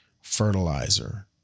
fertilizer